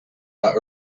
are